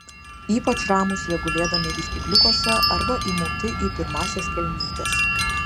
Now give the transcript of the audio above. ypač ramūs jie gulėdami vystykliukuose ar įmauti į pirmąsias kelnytes